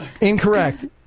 Incorrect